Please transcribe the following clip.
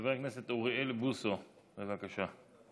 חבר הכנסת אוריאל בוסו, בבקשה.